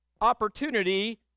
opportunity